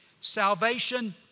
Salvation